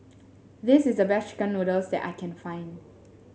this is the best chicken noodles that I can find